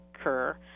occur